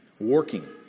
working